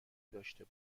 داشته